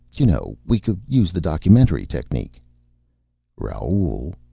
you know, we could use the documentary technique raoul,